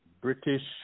British